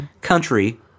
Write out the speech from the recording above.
Country